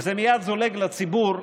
וזה מייד זולג לציבור,